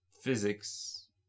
physics